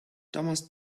thomas